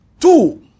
Two